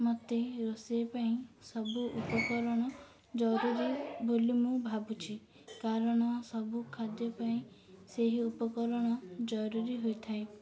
ମୋତେ ରୋଷେଇ ପାଇଁ ସବୁ ଉପକରଣ ଜରୁରୀ ବୋଲି ମୁଁ ଭାବୁଛି କାରଣ ସବୁ ଖାଦ୍ୟ ପାଇଁ ସେହି ଉପକରଣ ଜରୁରୀ ହୋଇଥାଏ